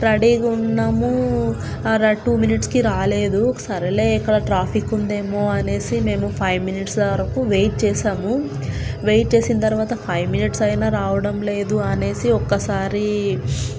రెడీగా ఉన్నాము అలా టూ మినిట్స్కి రాలేదు సరెలే ఇక్కడ ట్రాఫిక్ ఉందేమో అనేసి మేము ఫైవ్ మినిట్స్ వరకు వెయిట్ చేసాము వెయిట్ చేసిన తరువాత ఫైవ్ మినిట్స్ అయినా రావడం లేదు అనేసి ఒక్కసారి